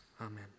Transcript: Amen